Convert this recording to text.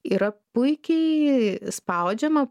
yra puikiai spaudžiama